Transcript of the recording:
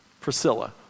Priscilla